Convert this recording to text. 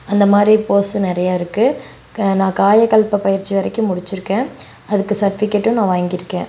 அந்த மாதிரி போஸ் நிறையா இருக்குது கா நான் காயகல்ப பயிற்சி வரைக்கும் முடிச்சிருக்கேன் அதுக்கு சட்பிகேட்டும் நான் வாங்கியிருக்கேன்